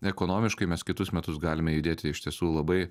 ekonomiškai mes kitus metus galime judėti iš tiesų labai